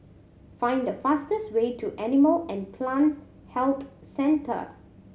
find the fastest way to Animal and Plant Health Centre